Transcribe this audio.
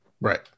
Right